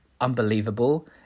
unbelievable